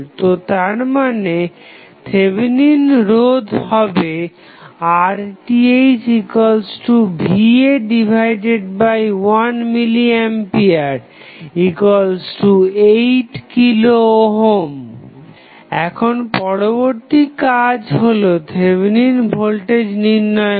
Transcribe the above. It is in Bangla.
তো তারপর থেভেনিন রোধ হবে RThva1mA8k এখন পরবর্তী কাজ হলো থেভেনিন ভোল্টেজ নির্ণয় করা